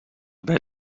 bij